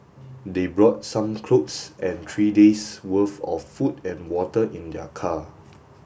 they brought some clothes and three days' worth of food and water in their car